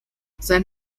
sein